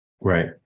Right